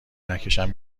نکشن